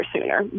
sooner